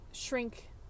shrink